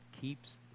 keeps